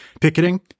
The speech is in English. Picketing